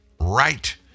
right